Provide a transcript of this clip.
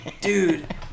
Dude